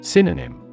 Synonym